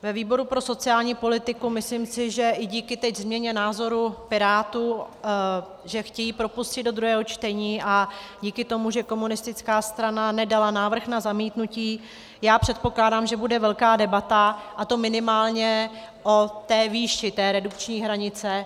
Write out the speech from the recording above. Ve výboru pro sociální politiku, myslím, že i teď díky změně názoru Pirátů, že chtějí propustit do druhého čtení, a díky tomu, že komunistická strana nedala návrh na zamítnutí, předpokládám, že bude velká debata, a to minimálně o výši té redukční hranice.